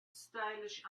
stylish